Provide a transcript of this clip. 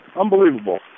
Unbelievable